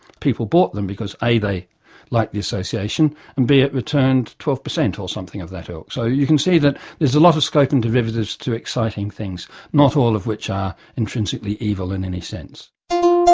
people bought them because a they liked the association and b it returned twelve percent or something of that ilk. so you can see that there's a lot of scope in derivatives to do exciting things, not all of which are intrinsically evil in any sense.